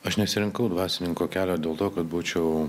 aš nesirinkau dvasininko kelio dėl to kad būčiau